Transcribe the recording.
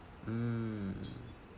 mm